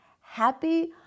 Happy